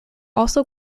also